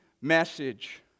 message